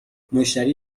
مشتری